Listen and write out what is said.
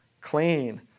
Clean